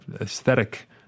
aesthetic